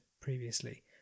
previously